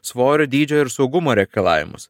svorio dydžio ir saugumo reikalavimus